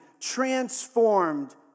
transformed